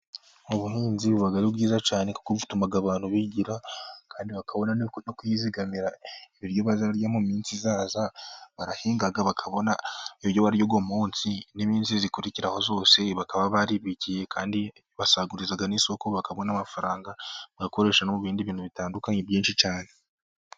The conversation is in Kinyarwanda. Ubuhinzi buba ari bwiza cyane kuko butuma abantu bigira, kandi bakabona no kwizigamira ibiryo bazarya mu minsi izaza. Barahinga bakabona ibiryo barya uwo munsi n'iminsi ikurikiraho yose, bakaba baribikiye kandi basagurira n'isoko, bakabona amafaranga bakoresha no mu bindi bintu bitandukanye byinshi cyane.